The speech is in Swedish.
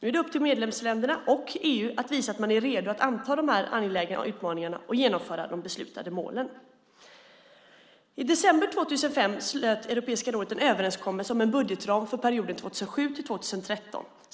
Nu är det upp till medlemsländerna och EU att visa att man är redo att anta de här angelägna utmaningarna och genomföra de beslutade målen. I december 2005 slöt Europeiska rådet en överenskommelse om en budgetram för perioden 2007-2013.